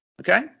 Okay